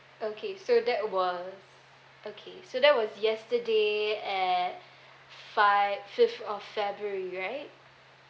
okay so that was okay so that was yesterday at fi~ fifth of february right